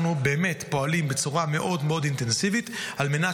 אנחנו פועלים בצורה אינטנסיבית מאוד מאוד על מנת